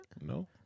No